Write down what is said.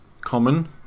common